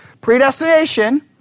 Predestination